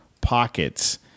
pockets